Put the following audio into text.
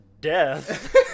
death